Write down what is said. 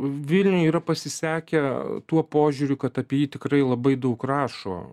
vilniui yra pasisekę tuo požiūriu kad apie jį tikriai labai daug rašo